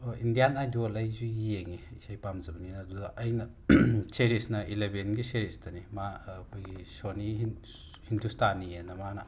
ꯑꯣ Indian idol ꯑꯩꯁꯨ ꯌꯦꯡꯉꯦ ꯏꯁꯩ ꯄꯥꯝꯖꯕꯅꯤꯅ ꯑꯗꯨꯗ ꯑꯩꯅ ꯁꯦꯔꯤꯁꯅ ꯏꯂꯕꯦꯟꯒꯤ ꯁꯦꯔꯤꯁꯇꯅꯤ ꯃꯥ ꯑꯩꯈꯣꯏꯒꯤ ꯁꯣꯅꯤ ꯍꯤꯟꯗꯨꯁꯇꯅꯤꯑꯅ ꯃꯥꯅ